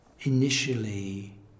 initially